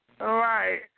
right